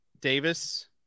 Davis